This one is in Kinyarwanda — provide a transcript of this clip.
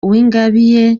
uwingabire